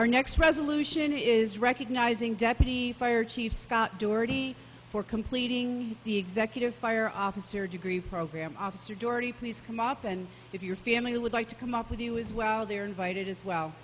our next resolution is recognizing deputy fire chief scott dorothy for completing the executor fire officer degree program officer dorothy please come up and if your family would like to come up with you is well they're invited as well